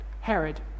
Herod